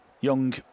Young